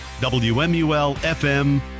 WMUL-FM